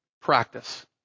practice